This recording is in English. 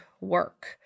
work